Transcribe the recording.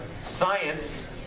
science